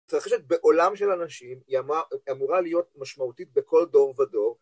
מתרחשת בעולם של אנשים היא אמורה להיות משמעותית בכל דור ודור